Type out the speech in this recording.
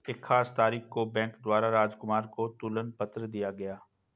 एक खास तारीख को बैंक द्वारा राजकुमार को तुलन पत्र दिया गया